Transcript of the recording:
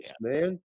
man